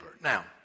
Now